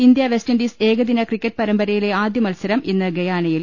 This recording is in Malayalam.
ഇന്ത്യ വെസ്റ്റ് ഇൻഡീസ് ഏകദിന ക്രിക്കറ്റ് പരമ്പരയിലെ ആദ്യ മത്സരം ഇന്ന് ഗയാനയിൽ